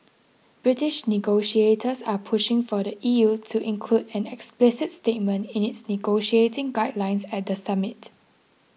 British negotiators are pushing for the E U to include an explicit statement in its negotiating guidelines at the summit